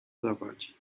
zawadzi